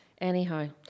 Anyhow